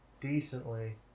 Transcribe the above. decently